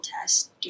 test